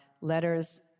letters